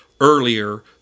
earlier